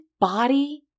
body